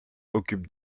occupe